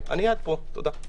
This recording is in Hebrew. עד פה, תודה.